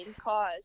cause